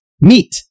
meet